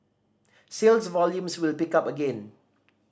sales volumes will pick up again